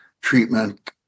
treatment